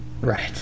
Right